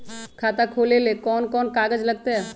खाता खोले ले कौन कौन कागज लगतै?